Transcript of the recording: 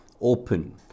open